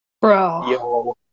Bro